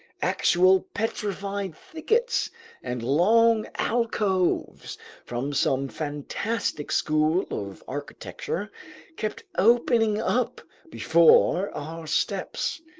actual petrified thickets and long alcoves from some fantastic school of architecture kept opening up before our steps.